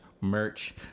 merch